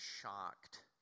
shocked